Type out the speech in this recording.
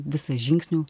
visa žingsnių